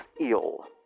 eel